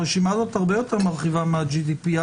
הרשימה הזאת הרבה יותר מרחיבה מה-GDPR.